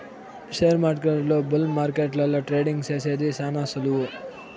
షేర్మార్కెట్ల బుల్ మార్కెట్ల ట్రేడింగ్ సేసేది శాన సులువు